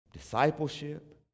discipleship